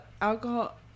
alcohol